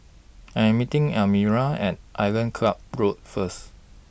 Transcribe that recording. I'm meeting Elmira At Island Club Road First